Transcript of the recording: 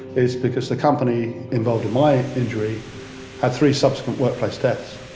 is because the company involved in my injury had three subsequent workplace deaths.